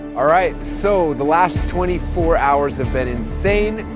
all right, so, the last twenty four hours have been insane.